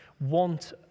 want